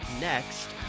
next